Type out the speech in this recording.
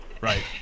Right